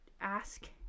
ask